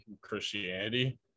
Christianity